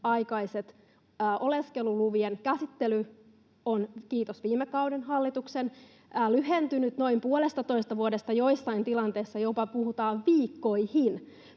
oleskelulupien käsittely on, kiitos viime kauden hallituksen, lyhentynyt noin puolestatoista vuodesta joissain tilanteissa jopa viikkoihin.